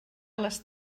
les